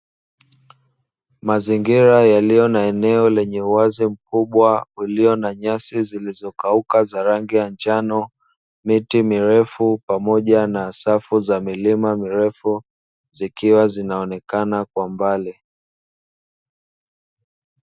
Mazingira yaliyo na eneo lenye uwazi mkubwa, ulio na nyasi zilizokauka za rangi ya njano, miti mirefu, pamoja na safu za milima mirefu, zikiwa zinaonekana kwa mbali.